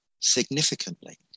significantly